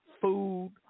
food